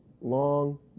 long